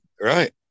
Right